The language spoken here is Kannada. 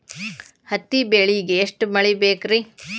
ಹತ್ತಿ ಬೆಳಿಗ ಎಷ್ಟ ಮಳಿ ಬೇಕ್ ರಿ?